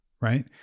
right